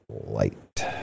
light